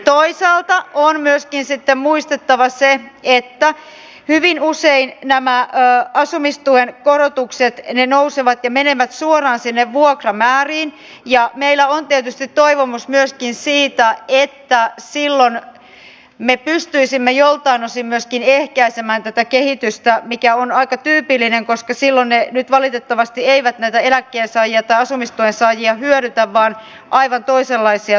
toisaalta on myöskin sitten muistettava se että hyvin usein nämä asumistuen korotukset nousevat ja menevät suoraan sinne vuokramääriin ja meillä on tietysti toivomus myöskin siitä että silloin me pystyisimme joltain osin myöskin ehkäisemään tätä kehitystä mikä on aika tyypillinen koska silloin ne nyt valitettavasti eivät näitä eläkkeensaajia tai asumistuen saajia hyödytä vaan aivan toisenlaisia toimijoita